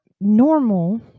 normal